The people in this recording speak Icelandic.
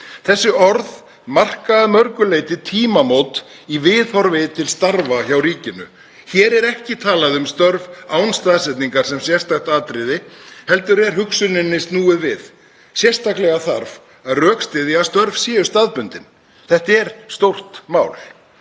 Þessi orð marka að mörgu leyti tímamót í viðhorfi til starfa hjá ríkinu. Hér er ekki talað um störf án staðsetningar sem sérstakt atriði heldur er hugsuninni snúið við. Sérstaklega þarf að rökstyðja að störf séu staðbundin. Þetta er stórt mál.